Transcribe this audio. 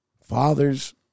Fathers